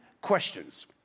questions